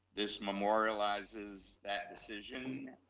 this memorializes, that decision,